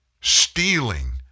Stealing